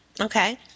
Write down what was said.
okay